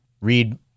Read